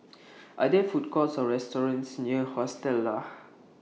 Are There Food Courts Or restaurants near Hostel Lah